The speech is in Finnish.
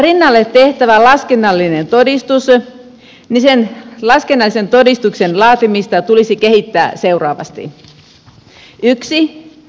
rinnalle tehtävän laskennallisen todistuksen laatimista tulisi kehittää seuraavasti